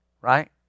Right